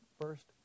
first